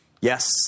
Yes